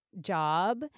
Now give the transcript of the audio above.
job